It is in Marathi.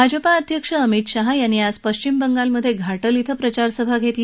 भाजपा अध्यक्ष अमित शहा यांनी आज पश्चिम बंगालमधल्या घाटल बिं प्रचारसभा घेतली